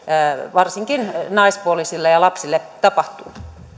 varsinkin naispuolisille ja lapsille tapahtuu